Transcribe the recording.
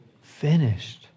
finished